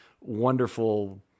wonderful